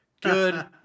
good